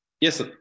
Yes